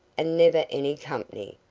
and never any company.